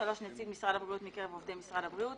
נציג משרד הבריאות מקרב עובדי משרד הבריאות,